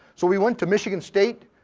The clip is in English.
so we went to michigan state,